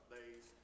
days